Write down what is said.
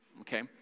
Okay